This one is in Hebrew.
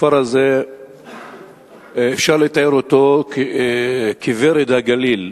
הכפר הזה אפשר לתאר אותו כמי שהיה ורד-הגליל.